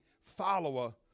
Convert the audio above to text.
follower